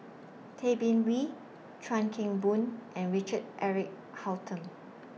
Tay Bin Wee Chuan Keng Boon and Richard Eric Holttum